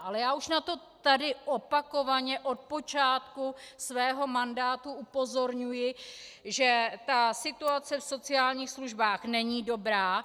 Ale já už na to tady opakovaně od počátku svého mandátu upozorňuji, že ta situace v sociálních službách není dobrá.